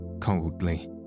coldly